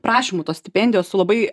prašymu tos stipendijos su labai